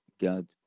god